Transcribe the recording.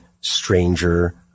stranger